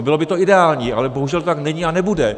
Bylo by to ideální, ale bohužel to tak není a nebude.